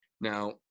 Now